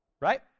right